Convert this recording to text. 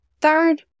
Third